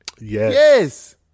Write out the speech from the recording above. Yes